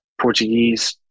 Portuguese